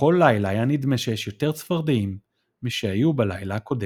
ובכל לילה היה נדמה שיש יותר צפרדעים משהיו בלילה הקודם.